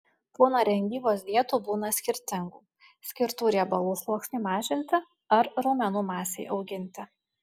kūno rengybos dietų būna skirtingų skirtų riebalų sluoksniui mažinti ar raumenų masei auginti